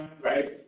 right